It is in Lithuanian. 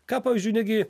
ką pavyzdžiui negi